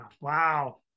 wow